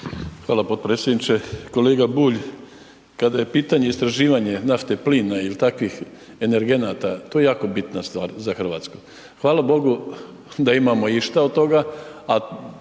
Hvala potpredsjedniče. Kolega Bulj, kada je pitanje istraživanje nafte, plina ili takvih energenata, to je jako bitna stvar za Hrvatsku. Hvala bogu da imamo išta od toga